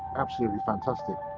absolutely fantastic.